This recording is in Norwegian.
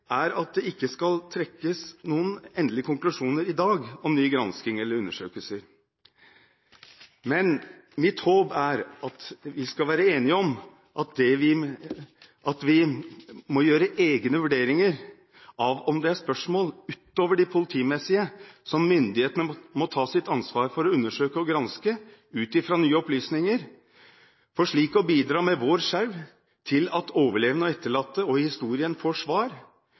er ikke at det skal trekkes noen endelige konklusjoner i dag om ny gransking eller nye undersøkelser. Mitt håp er at vi skal være enige om at vi må foreta egne vurderinger av om det er spørsmål utover de politimessige som myndighetene må ta sitt ansvar for å undersøke og granske ut fra nye opplysninger, for slik å bidra med vår skjerv til at overlevende og etterlatte og historien får svar,